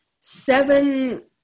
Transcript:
seven